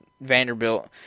Vanderbilt